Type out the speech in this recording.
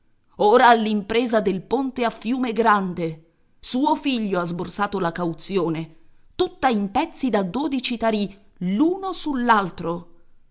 ha l'impresa del ponte a fiumegrande suo figlio ha sborsato la cauzione tutta in pezzi da dodici tarì